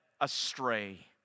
astray